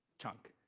chunk.